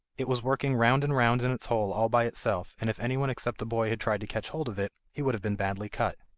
it was working round and round in its hole all by itself, and if anyone except the boy had tried to catch hold of it, he would have been badly cut.